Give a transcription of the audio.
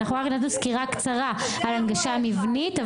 רק נתנו פה סקירה קצרה על הנגשה מבנית,